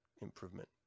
improvement